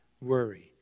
worry